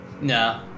No